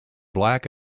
black